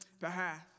behalf